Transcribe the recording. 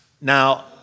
Now